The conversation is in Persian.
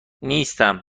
نیستم